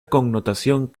connotación